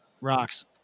Rocks